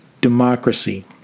democracy